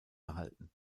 erhalten